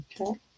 Okay